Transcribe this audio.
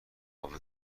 کانادا